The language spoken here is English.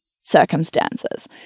circumstances